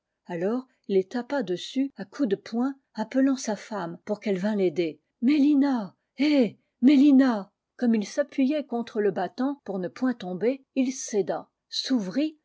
alors il tapa dessus à coups de poing appelant sa femme pour qu'elle vînt l'aider méiina hé méiina comme il s'appuyait contre le battant pour ne point tomber il céda s'ouvrit